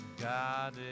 God